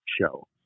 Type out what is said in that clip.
show